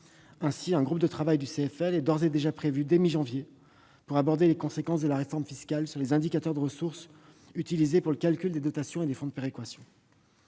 finances locales) est d'ores et déjà prévu dès la mi-janvier, pour aborder les conséquences de la réforme fiscale sur les indicateurs de ressources utilisés pour le calcul des dotations et des fonds de péréquation.